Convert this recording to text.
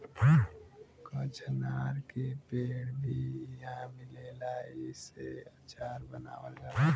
कचनार के पेड़ भी इहाँ मिलेला एसे अचार बनावल जाला